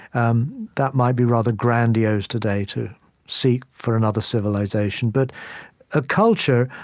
um that might be rather grandiose today, to seek for another civilization. but a culture,